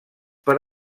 per